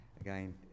again